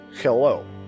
Hello